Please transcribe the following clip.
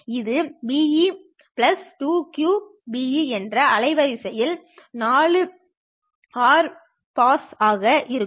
இது Be2qBe என்ற அலைவரிசையில் 4Rρase ஆக இருக்கும்